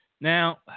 Now